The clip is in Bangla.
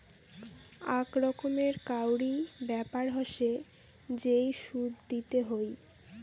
আক রকমের কাউরি ব্যাপার হসে যেই সুদ দিতে হই